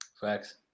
Facts